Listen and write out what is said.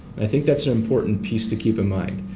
i think that's an important piece to keep in mind.